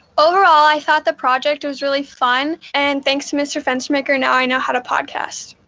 overall, i thought the project was really fun. and thanks to mr. fenstermaker, now i know how to podcast.